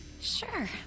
Sure